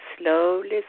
slowly